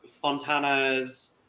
Fontana's